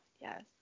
yes